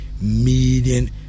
million